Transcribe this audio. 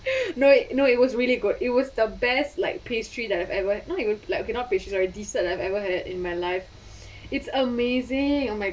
no it no it was really good it was the best like pastry that I've ever not even like okay not pastry dessert I've ever had it in my life it's amazing oh my